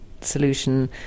solution